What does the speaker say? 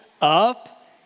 up